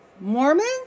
Mormons